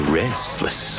restless